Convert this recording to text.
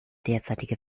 derzeitige